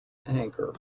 anchor